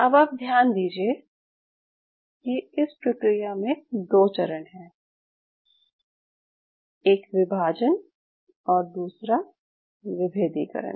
अब आप ध्यान दीजिये कि इस प्रक्रिया में दो चरण हैं एक विभाजन और दूसरा विभेदीकरण